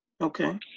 Okay